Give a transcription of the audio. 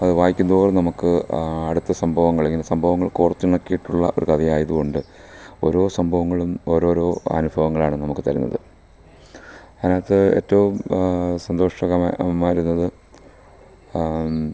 അത് വായിക്കും തോറും നമുക്ക് അടുത്ത സംഭവങ്ങൾ ഇങ്ങനെ സംഭവങ്ങൾ കോർത്തിണക്കിയിട്ടുള്ള ഒരു കഥ ആയത് കൊണ്ട് ഓരോ സംഭവങ്ങളും ഓരോ ഓരോ അനുഭവങ്ങളാണ് നമുക്ക് തരുന്നത് അതിനകത്ത് ഏറ്റവും സന്തോഷകമായ ആയിരുന്നത്